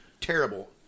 terrible